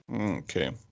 okay